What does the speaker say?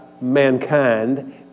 mankind